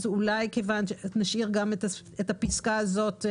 אולי נשאיר גם את הפסקה הזאת.